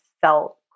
felt